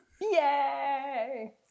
Yay